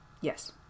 Yes